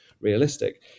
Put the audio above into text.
realistic